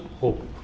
hope